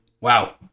Wow